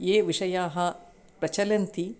ये विषयाः प्रचलन्ति